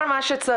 כל מה שצריך,